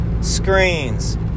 screens